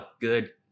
good